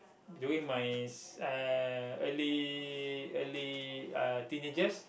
during my uh early early uh teenagers